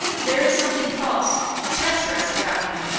there is something false treacherous about him.